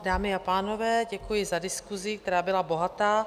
Dámy a pánové, děkuji za diskusi, která byla bohatá.